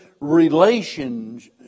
relations